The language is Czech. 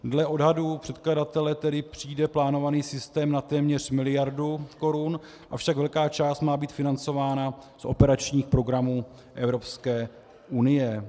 Dle odhadů předkladatele tedy přijde plánovaný systém na téměř miliardu korun, avšak velká část má být financována z operačních programů Evropské unie.